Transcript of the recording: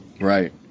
Right